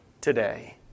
today